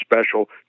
special